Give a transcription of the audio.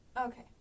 Okay